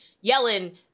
yelling